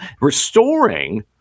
restoring